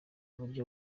uburyo